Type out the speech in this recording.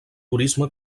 turisme